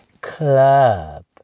Club